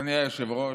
אדוני היושב-ראש,